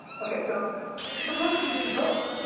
ok, so but most of you didn't vote.